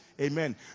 Amen